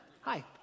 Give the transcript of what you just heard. hi